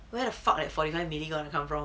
where the fuck that forty nine milli gonna come from